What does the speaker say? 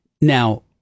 now